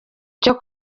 cyo